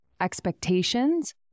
expectations